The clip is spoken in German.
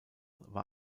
war